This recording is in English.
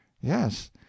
Yes